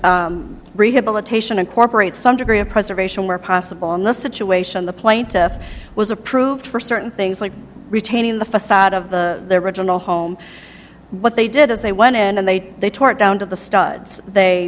rehabilitation incorporates some degree of preservation where possible in the situation the plaintiff was approved for certain things like retaining the facade of the original home what they did as they went in and they they tore it down to the studs they